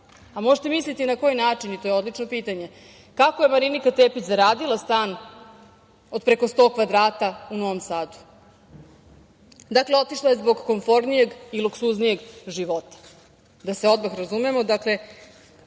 misliti na koji način i to je odlično pitanje, kako je Marinika Tepić zaradila stan od preko 100 kvadrata u Novom Sadu. Dakle, otišla je zbog komfornijeg i luksuznijeg života, da se odmah razumemo. To